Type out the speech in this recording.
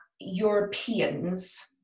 Europeans